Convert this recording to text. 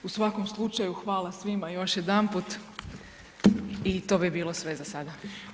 U svakom slučaju, hvala svima još jedanput i to bi bilo sve za sada.